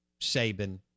Saban